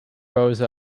rose